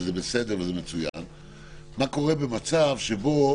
וזה בסדר וזה מצוין מה קורה במצב שבו